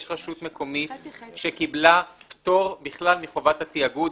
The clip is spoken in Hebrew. יש רשות מקומית שקיבלה פטור בכלל מחובת התיאגוד.